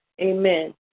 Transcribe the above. Amen